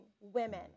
women